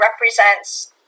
represents